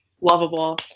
lovable